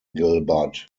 gilbert